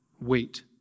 Wait